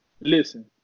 listen